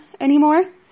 anymore